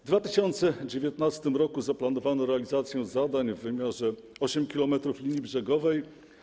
W 2019 r. zaplanowano realizację zadań w wymiarze 8 km linii brzegowej.